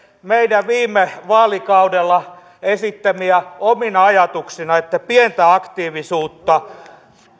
meidän viime vaalikaudella esittämiämme omina ajatuksinanne että pientä aktiivisuutta